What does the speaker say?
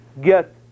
get